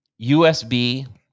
USB